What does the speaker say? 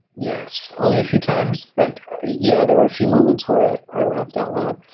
yes, only a few times, but yeah there were a few moments where i laughed out loud.